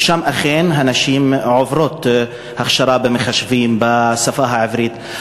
ושם אכן הנשים עוברות הכשרה במחשבים בשפה העברית,